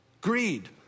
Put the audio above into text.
greed